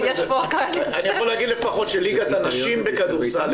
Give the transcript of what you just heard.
אני יכול להגיד לפחות שליגת הנשים בכדורסל,